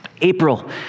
April